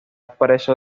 preso